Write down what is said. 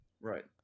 Right